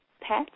pet